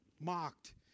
mocked